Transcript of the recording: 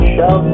Show